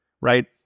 right